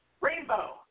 Rainbow